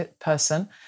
person